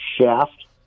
shaft